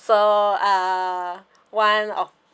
so uh one of